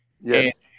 Yes